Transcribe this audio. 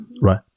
right